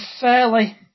fairly